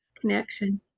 Connection